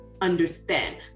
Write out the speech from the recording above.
understand